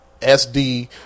SD